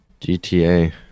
GTA